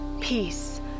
Peace